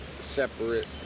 separate